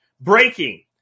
breaking